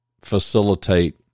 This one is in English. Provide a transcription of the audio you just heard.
facilitate